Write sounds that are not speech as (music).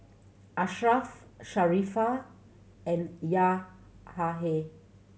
Ashraff Sharifah and (unintelligible)